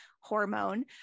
hormone